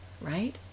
Right